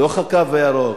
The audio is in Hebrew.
בתוך "הקו הירוק",